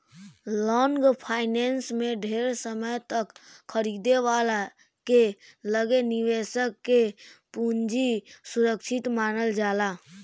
long finance में ढेर समय तक खरीदे वाला के लगे निवेशक के पूंजी सुरक्षित मानल जाला